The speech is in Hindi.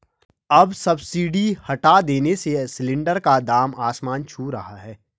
अब सब्सिडी हटा देने से सिलेंडर का दाम आसमान छू रहा है